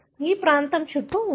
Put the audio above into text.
ఈ ప్రాంతం చుట్టూ ఉంది